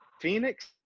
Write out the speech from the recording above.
Phoenix